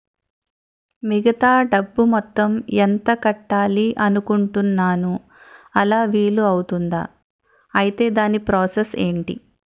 మిగతా డబ్బు మొత్తం ఎంత కట్టాలి అనుకుంటున్నాను అలా వీలు అవ్తుంధా? ఐటీ దాని ప్రాసెస్ ఎంటి?